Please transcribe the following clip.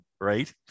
right